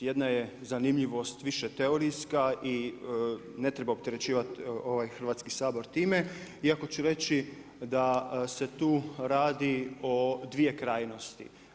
Jedna je zanimljivost više teorijska i ne treba opterećivati ovaj Hrvatski sabor time, iako ću reći da se tu radi o dvije krajnosti.